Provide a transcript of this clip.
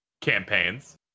campaigns